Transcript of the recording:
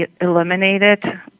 eliminated